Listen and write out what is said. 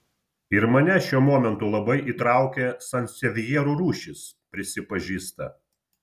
ir mane šiuo momentu labai įtraukė sansevjerų rūšys prisipažįsta